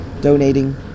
donating